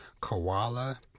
koala